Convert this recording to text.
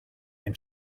and